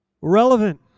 relevant